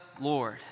Lord